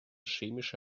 chemische